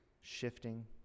shifting